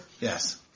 Yes